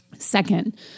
Second